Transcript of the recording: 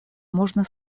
можно